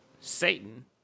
Satan